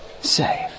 save